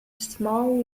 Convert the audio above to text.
small